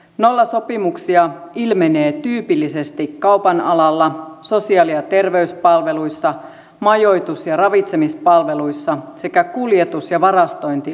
nollasopimuksia ilmenee tyypillisesti kaupan alalla sosiaali ja terveyspalveluissa majoitus ja ravitsemispalveluissa sekä kuljetus ja varastointialoilla